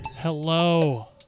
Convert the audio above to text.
Hello